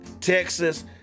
Texas